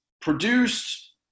produced